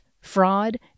fraud